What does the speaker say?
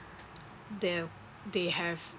they they have